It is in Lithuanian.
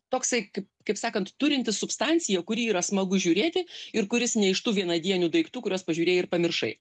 toksai kaip kaip sakant turintis substanciją kurį yra smagu žiūrėti ir kuris ne iš tų vienadienių daiktų kuriuos pažiūrėjai ir pamiršai